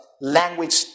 language